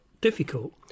difficult